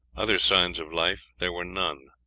other signs of life there were none,